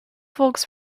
folks